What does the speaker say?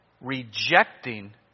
rejecting